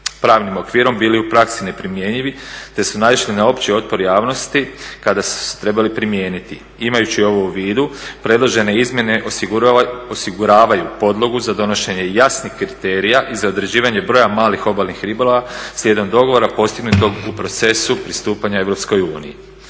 pravnim okvirom bili u praksi neprimjenjivi te su naišli na opći otpor javnosti kada su se trebali primijeniti. Imajući ovo u vidu predložene izmjene osiguravaju podlogu za donošenje jasnih kriterija i za određivanje broja malih obalnih ribolova slijedom dogovora postignutog u procesu pristupanja EU.